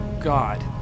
God